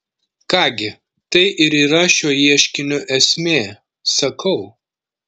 ką gi tai ir yra šio ieškinio esmė sakau